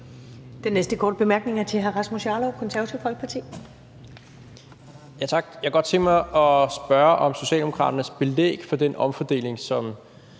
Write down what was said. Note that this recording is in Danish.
Den næste korte bemærkning er til hr. Rasmus Jarlov, Det Konservative Folkeparti. Kl. 19:15 Rasmus Jarlov (KF): Jeg kunne godt tænke mig at spørge om Socialdemokraternes belæg for den omfordeling, som